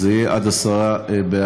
אז זה יהיה עד עשרה בעלים.